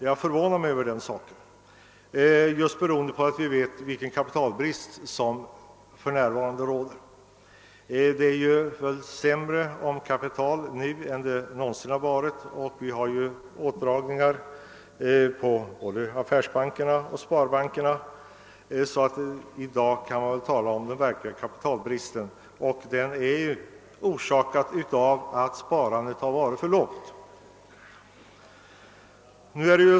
Jag förvånar mig över den saken, eftersom vi vet vilken kapitalbrist som för närvarande råder. Det är väl mera ont om kapital nu än det någonsin har varit, och åtstramningar förekommer inom både affärsbankerna och sparbankerna. I dag kan man tala om den verkliga kapitalbristen, och den är orsakad av att sparandet har varit för lågt.